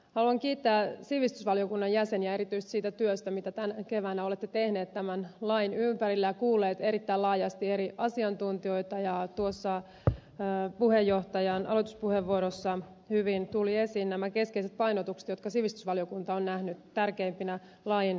haluan kiittää sivistysvaliokunnan jäseniä erityisesti siitä työstä mitä tänä keväänä olette tehneet tämän lain ympärillä ja kuulleet erittäin laajasti eri asiantuntijoita ja tuossa puheenjohtajan aloituspuheenvuorossa hyvin tulivat esiin nämä keskeiset painotukset jotka sivistysvaliokunta on nähnyt tärkeimpinä lain osalta